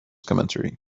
commentary